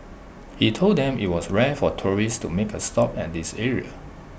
he told them IT was rare for tourists to make A stop at this area